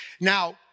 Now